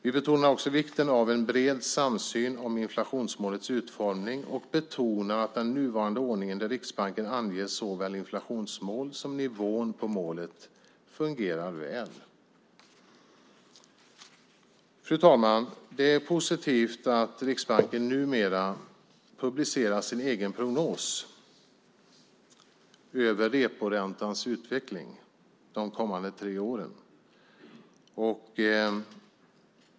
Vi betonar också vikten av en bred samsyn om inflationsmålets utformning och att den nuvarande ordningen i Riksbanken med att såväl inflationsmål som nivån på målet anges fungerar väl. Fru talman! Det är positivt att Riksbanken numera publicerar sin egen prognos över reporäntans utveckling de kommande tre åren.